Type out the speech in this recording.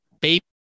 baby